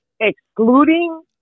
Excluding